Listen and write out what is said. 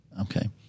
Okay